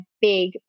big